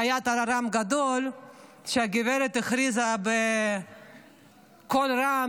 שהיה טררם גדול כשהגברת הכריזה בקול רם